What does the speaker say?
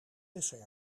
dessert